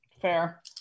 Fair